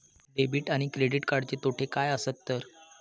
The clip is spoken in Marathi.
डेबिट आणि क्रेडिट कार्डचे तोटे काय आसत तर?